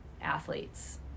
athletes